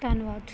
ਧੰਨਵਾਦ